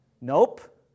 Nope